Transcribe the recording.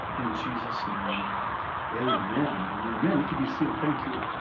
in jesus' name amen and amen. you could be seated. thank you.